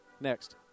Next